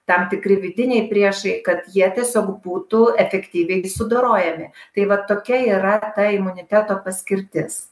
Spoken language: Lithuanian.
tam tikri vidiniai priešai kad jie tiesiog būtų efektyviai sudorojami tai va tokia yra ta imuniteto paskirtis